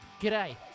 G'day